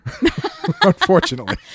unfortunately